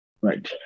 right